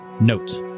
note